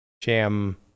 jam